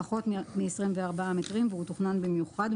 פחות מ-24 מטרים והוא תוכנן במיוחד,